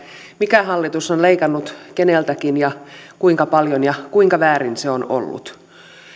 mikä hallitus on leikannut keneltäkin ja kuinka paljon ja kuinka väärin se on ollut